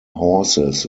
horses